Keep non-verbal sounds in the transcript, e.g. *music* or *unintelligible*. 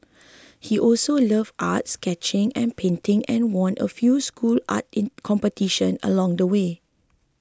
he also *unintelligible* art sketching and painting and won a few school art in competition along the way